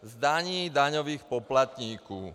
Z daní daňových poplatníků.